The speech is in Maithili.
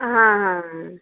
हँ हँ हँ